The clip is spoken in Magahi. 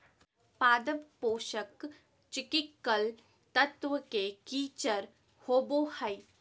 पादप पोषक चिकिकल तत्व के किचर होबो हइ